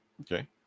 okay